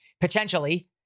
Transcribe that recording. potentially